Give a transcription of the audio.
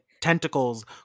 tentacles